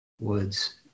woods